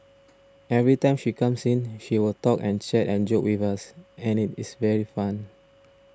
every time she comes in she will talk and chat and joke with us and it is very fun